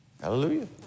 Hallelujah